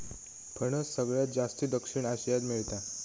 फणस सगळ्यात जास्ती दक्षिण आशियात मेळता